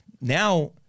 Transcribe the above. Now